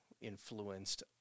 influenced